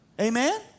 Amen